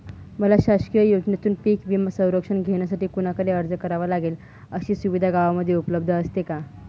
मला शासकीय योजनेतून पीक विमा संरक्षण घेण्यासाठी कुणाकडे अर्ज करावा लागेल? अशी सुविधा गावामध्ये उपलब्ध असते का?